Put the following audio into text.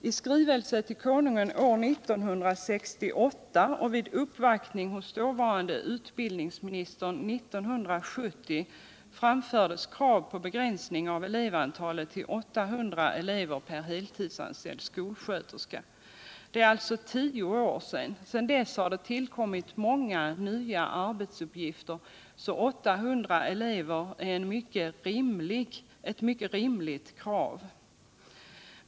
I skrivelse till Konungen år 1968 och vid uppvaktning hos dåvarande utbildningsministern 1970 framfördes krav på en begränsning av elevantalet till 800 elever per heltidsanställd skolsköterska. Det är alltså tio år sedan. Sedan dess har det ullkommit många nya arbetsuppgifter. så 800 elever är eu mycket rimligt krav.